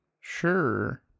Sure